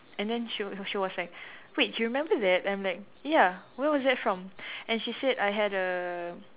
and then she was she was like wait you remember that and I'm like ya where was that from and she said I had a